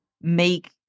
make